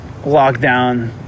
lockdown